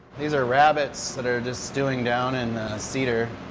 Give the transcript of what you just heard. these are rabbits that are just stewing down in cedar.